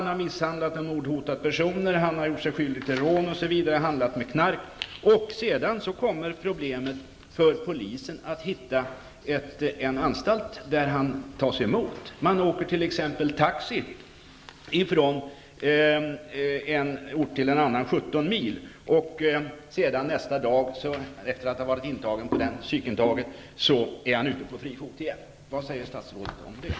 Han har misshandlat och mordhotat personer, gjort sig skyldig till rån osv. samt handlat med knark. Polisen har sedan fått problem att hitta en anstalt där han tas emot. Man har t.ex. åkt taxi 17 mil från en ort till en annan. Efter att ha varit intagen på den psykmottagningen är han ute på fri fot igen. Vad säger statsrådet om detta?